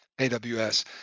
AWS